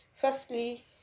Firstly